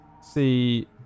see